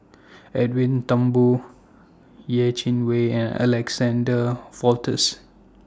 Edwin Thumboo Yeh Chin Wei and Alexander